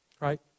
right